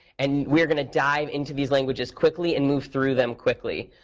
and we're going to dive into these languages quickly and move through them quickly,